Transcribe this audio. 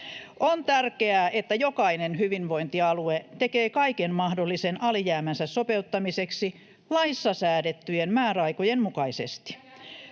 On tärkeää, että jokainen hyvinvointialue tekee kaiken mahdollisen alijäämänsä sopeuttamiseksi laissa säädettyjen määräaikojen mukaisesti.